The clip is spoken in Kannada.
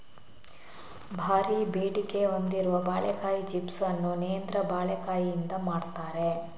ಭಾರೀ ಬೇಡಿಕೆ ಹೊಂದಿರುವ ಬಾಳೆಕಾಯಿ ಚಿಪ್ಸ್ ಅನ್ನು ನೇಂದ್ರ ಬಾಳೆಕಾಯಿಯಿಂದ ಮಾಡ್ತಾರೆ